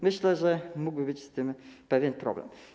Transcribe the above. Myślę, że mógłby być z tym pewien problem.